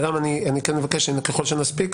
וגם אני כן מבקש שככל שנספיק,